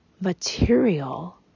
material